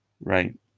right